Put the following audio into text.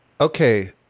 Okay